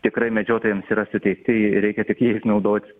tikrai medžiotojams yra suteikti ir reikia tik jais naudotis